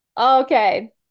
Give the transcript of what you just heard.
Okay